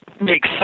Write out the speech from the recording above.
make